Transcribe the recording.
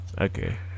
Okay